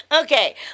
Okay